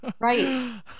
Right